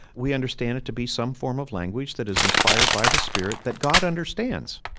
we understand it to be some form of language that is inspired by the spirit that god understands